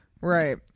Right